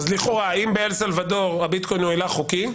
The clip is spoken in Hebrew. לכאורה אם באל סלבדור הביטקוין הוא הילך חוקי?